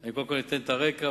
אני קודם כול אתן את הרקע,